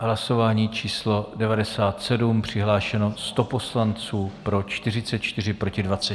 Hlasování číslo 97, přihlášeno 100 poslanců, pro 44, proti 26.